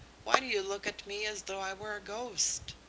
why do you look at me as though i were a ghost?